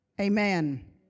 Amen